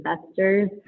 investors